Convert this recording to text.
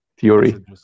theory